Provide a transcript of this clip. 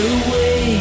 away